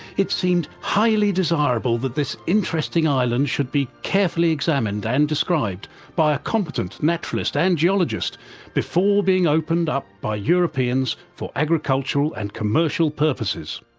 it seemed highly desirable that this interesting island should be carefully examined and described by a competent naturalist and geologist before being opened up by europeans for agricultural and commercial purposes.